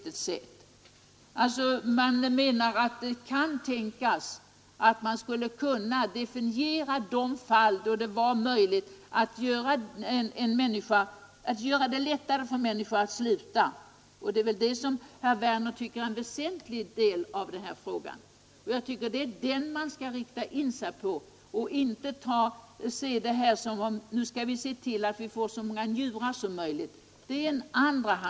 Socialstyrelsen menar att man skall kunna definiera vissa fall, då det blir möjligt att göra det lättare för en människa att sluta. Det är väl detta även herr Werner tycker är väsentligt. Och inte att vi får så många njurar som möjligt att transplantera.